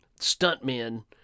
stuntmen